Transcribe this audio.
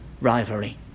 rivalry